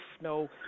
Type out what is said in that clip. no